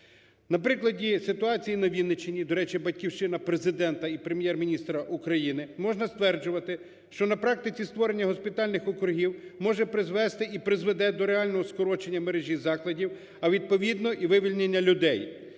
На прикладі ситуацій на Вінниччині, до речі, батьківщина Президента і Прем'єр-міністра України, можна стверджувати, що на практиці створення госпітальних округів може призвести і призведе до реального скорочення мережі закладів, а відповідно і вивільнення людей.